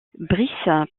brice